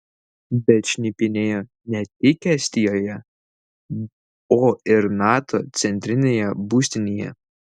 bet šnipinėjo ne tik estijoje o ir nato centrinėje būstinėje